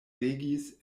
regis